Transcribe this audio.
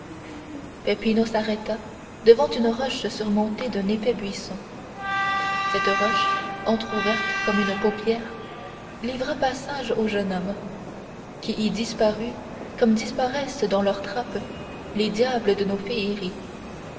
s'arrêta devant une roche surmontée d'un épais buisson cette roche entrouverte comme une paupière livra passage au jeune homme qui y disparut comme disparaissent dans leurs trappes les diables de nos féeries